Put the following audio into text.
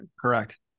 correct